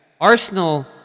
Arsenal